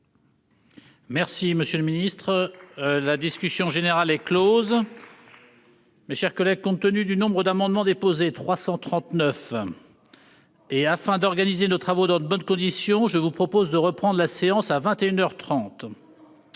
un langage de vérité. La discussion générale est close. Mes chers collègues, compte tenu du nombre d'amendements déposés, à savoir 339, et afin d'organiser nos travaux dans de bonnes conditions, je vous propose de suspendre la séance jusqu'à